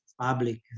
public